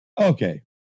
Okay